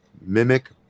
Mimic